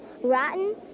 rotten